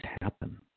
happen